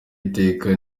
iteka